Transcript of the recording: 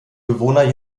bewohner